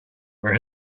where